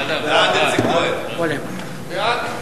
בעד איציק כהן, סגן השר.